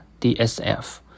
DSF